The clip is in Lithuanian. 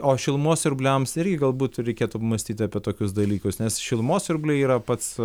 o šilumos siurbliams ir galbūt reikėtų mąstyt apie tokius dalykus nes šilumos siurbliai yra pats